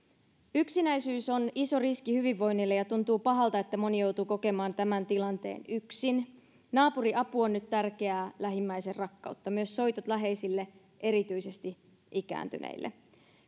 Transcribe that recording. yksinäisyys on iso riski hyvinvoinnille ja tuntuu pahalta että moni joutuu kokemaan tämän tilanteen yksin naapuriapu on nyt tärkeää lähimmäisenrakkautta myös soitot läheisille erityisesti ikääntyneille